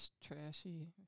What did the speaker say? trashy